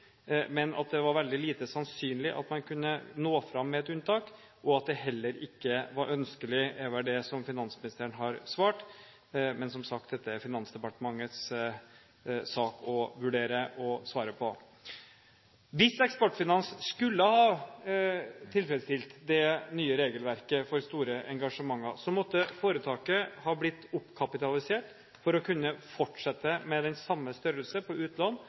men at det var veldig lite sannsynlig at man kunne nå fram med et unntak, og at det heller ikke var ønskelig. Som sagt, dette er det Finansdepartementets sak å vurdere og å svare på. Hvis Eksportfinans skulle ha tilfredsstilt det nye regelverket for store engasjementer, måtte foretaket ha blitt oppkapitalisert for å kunne fortsette med samme størrelse på